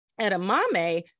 Edamame